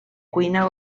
cuina